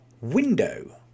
Window